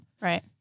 Right